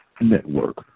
Network